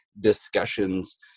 discussions